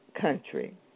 country